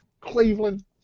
Cleveland